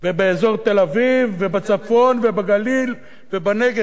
ובאזור תל-אביב ובצפון ובגליל ובנגב.